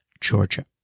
Georgia